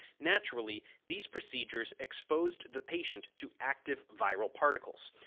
naturally, these procedures exposed the patient to active viral particles,